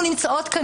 נכון.